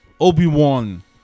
obi-wan